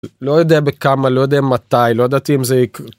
לא יודע בכמה לא יודע מתי לא ידעתי אם זה...